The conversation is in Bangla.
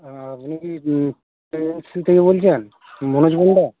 আপনি কি ট্র্যাভেল এজেন্সি থেকে বলছেন মনোজ পান্ডা